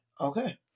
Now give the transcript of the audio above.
Okay